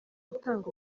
gutanga